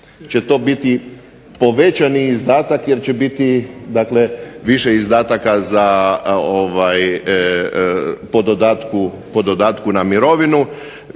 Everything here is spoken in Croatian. će to biti povećani izdatak jer će biti dakle više izdataka po dodatku na mirovinu